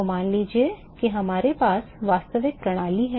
तो मान लीजिए कि आपके पास वास्तविक प्रणाली है